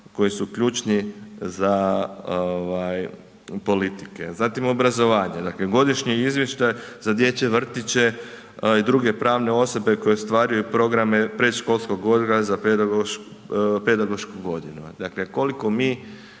koji su ključni za ovaj politike. Zatim obrazovanje, dakle godišnji izvještaj za dječje vrtiće i druge pravne osobe koje ostvaruju programe predškolskog odgoja za pedagošku godinu. Dakle, koliko mi